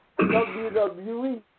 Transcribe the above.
WWE